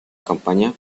campaña